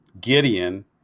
Gideon